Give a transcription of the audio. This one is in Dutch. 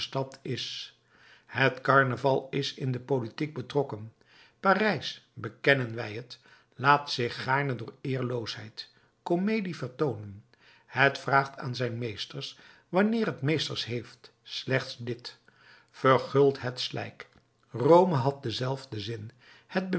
stad is het karnaval is in de politiek betrokken parijs bekennen wij het laat zich gaarne door eerloosheid comedie vertoonen het vraagt aan zijn meesters wanneer het meesters heeft slechts dit verguldt het slijk rome had denzelfden zin het